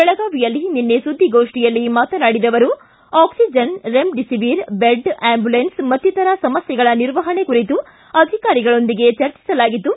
ಬೆಳಗಾವಿಯಲ್ಲಿ ನಿನ್ನೆ ಸುದ್ದಿಗೋಷ್ಠಿಯಲ್ಲಿ ಮಾತನಾಡಿದ ಅವರು ಆಕ್ಷಿಜನ್ ರೆಮ್ಡಿಸಿವಿರ್ ಬೆಡ್ ಆಂಬ್ಚುಲೆನ್ಸ್ ಮತ್ತಿತರ ಸಮಸ್ಥೆಗಳ ನಿರ್ವಹಣೆ ಕುರಿತು ಅಧಿಕಾರಿಗಳೊಂದಿಗೆ ಚರ್ಚಿಸಲಾಗಿದ್ದು